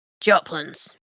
Joplin's